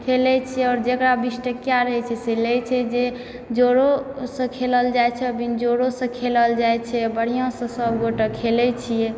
खेलै छियै आओर जेकरा बीस टकिया रहै छै से लै छै जोड़ो सॅं खेलल जाइ छै आ बिन जोड़ो सॅं खेलल जाइ छै बढ़िऑं सॅं सब गोटे खेलै छियै